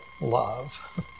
love